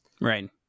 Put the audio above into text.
Right